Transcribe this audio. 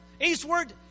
eastward